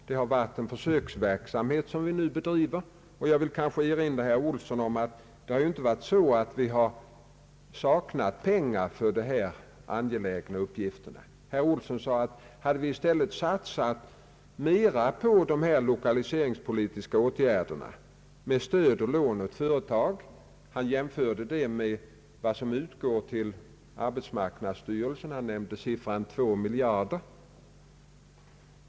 Vi har bedrivit en försöksverksamhet, och jag vill erinra herr Olsson om att vi inte har saknat pengar för dessa angelägna uppgifter. Herr Olsson frågade vad som hänt om vi i stället satsat mera på lokaliseringspolitiska åtgärder med stöd och lån åt företag. Han jämförde denna hjälp med vad som utgår till arbetsmarknadsstyrelsen och nämnde för den senare siffran 2 miljarder kronor.